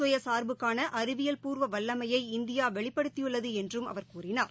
சுயசா்புக்கான அறிவியல்பூர்வ வல்லமையை இந்தியா வெளிப்படுத்தியுள்ளது என்றும் அவர் கூறினார்